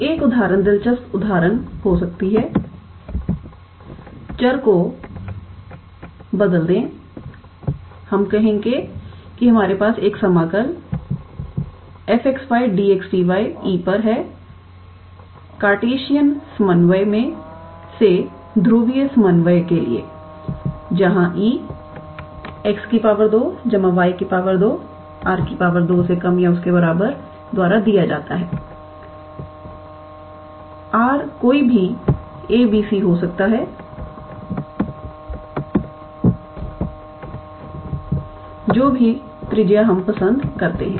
तो एक उदाहरण दिलचस्प उदाहरण हो सकता है चर को बदलदे हम कहें कि हमारे पास एक समाकल E 𝑓𝑥 𝑦𝑑𝑥𝑑𝑦 है कार्टेशियन समन्वय से ध्रुवीय समन्वय के लिए जहां E 𝑥 2 𝑦 2 ≤ 𝑟 2 द्वारा दिया जाता है r कोई भी a b c हो सकता है जो भी त्रिज्या हम पसंद करते हैं